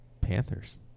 Panthers